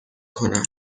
کنم